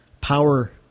power